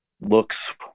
looks